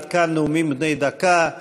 עד כאן נאומים בני דקה.